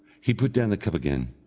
he put down the cup again,